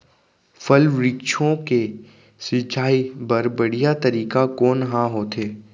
फल, वृक्षों के सिंचाई बर बढ़िया तरीका कोन ह होथे?